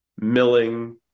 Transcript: milling